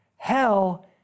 Hell